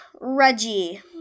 Reggie